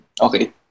okay